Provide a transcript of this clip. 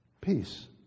peace